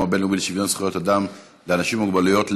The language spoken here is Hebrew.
הבין-לאומי לשוויון זכויות אדם לאנשים עם מוגבלויות,